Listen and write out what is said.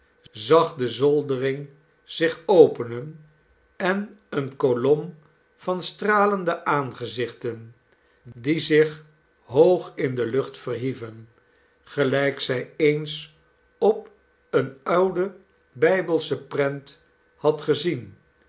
zag de zoldering zich openen en eene kolom van stralende aangezichten die zich hoog in de lucht verhieven gelijk zij eens op eene oude bijbelsche prent had gezien